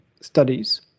studies